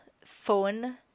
phone